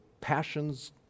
passions